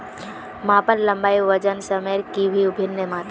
मापन लंबाई वजन सयमेर की वि भिन्न मात्र जाहा?